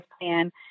plan